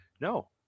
no